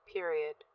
period